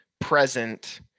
present